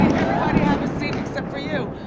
everybody have a seat, except for you.